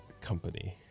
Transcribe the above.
company